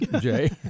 Jay